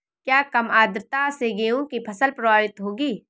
क्या कम आर्द्रता से गेहूँ की फसल प्रभावित होगी?